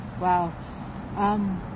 Wow